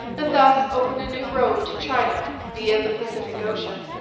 and thus open a new road to china via the pacific ocean.